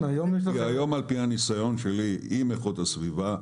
היום על פי הניסיון שלי עם איכות הסביבה,